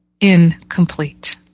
incomplete